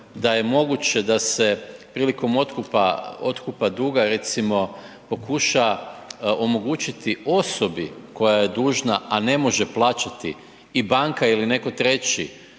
da je moguće da se prilikom otkupa duga recimo pokuša omogućiti osobi koja je dužna a ne može plaćati i banka ili netko treći,